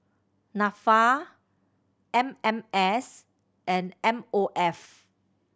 Nafa M M S and M O F